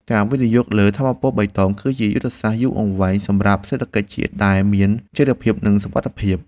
ការវិនិយោគលើថាមពលបៃតង គឺជាយុទ្ធសាស្ត្រយូរអង្វែងសម្រាប់សេដ្ឋកិច្ចជាតិដែលមានចីរភាពនិងសុវត្ថិភាព។